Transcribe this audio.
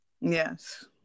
Yes